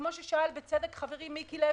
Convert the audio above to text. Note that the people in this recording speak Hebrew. כמו ששאל בצדק חברי מיקי לוי,